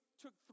took